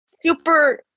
super